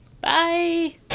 Bye